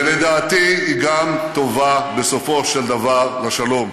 ולדעתי היא גם טובה, בסופו של דבר, לשלום.